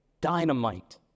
dynamite